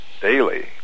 daily